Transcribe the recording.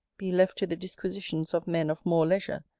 be left to the disquisitions of men of more leisure,